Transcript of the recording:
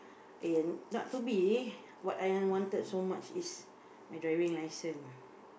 eh not to be what I wanted so much is my driving license